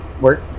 work